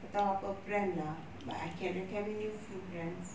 entah apa brand lah but I can recommend you few brands